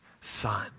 son